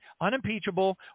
unimpeachable